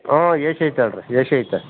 ಹ್ಞೂ ಎಸಿ ಐತೆ ಹೇಳ್ ರೀ ಎಸಿ ಐತೆ